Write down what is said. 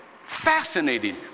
fascinating